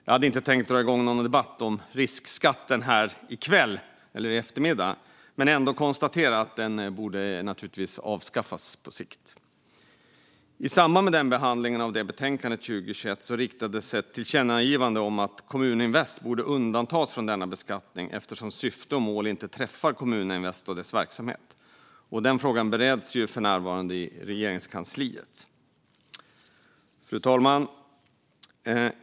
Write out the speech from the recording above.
Jag tänkte inte dra igång en debatt om riskskatten här, men jag vill ändå slå fast att den borde avskaffas på sikt. I samband med behandlingen av betänkandet 2021 riktades ett tillkännagivande om att Kommuninvest borde undantas från denna beskattning eftersom syfte och mål inte träffar Kommuninvest och dess verksamhet. Den frågan bereds för närvarande i Regeringskansliet. Fru talman!